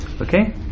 Okay